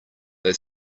they